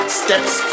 steps